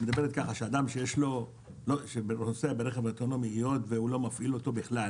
אדם שנוסע ברכב אוטונומי, והוא לא מפעיל אותו בכלל